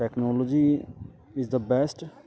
technology is the best